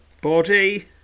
body